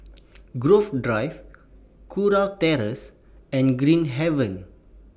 Grove Drive Kurau Terrace and Green Haven